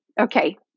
Okay